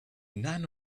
none